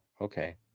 okay